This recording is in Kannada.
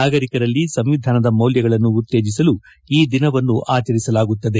ನಾಗರಿಕರಲ್ಲಿ ಸಂವಿಧಾನದ ಮೌಲ್ವಗಳನ್ನು ಉತ್ತೇಜಿಸಲು ಈ ದಿನವನ್ನು ಆಚರಿಸಲಾಗುತ್ತದೆ